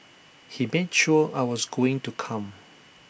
he made sure I was going to come